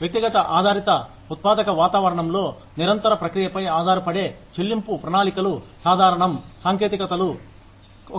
వ్యక్తిగత ఆధారిత ఉత్పాదక వాతావరణంలో నిరంతర ప్రక్రియపై ఆధారపడే చెల్లింపు ప్రణాళికలు సాధారణం సాంకేతికతలు